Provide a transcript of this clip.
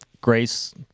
grace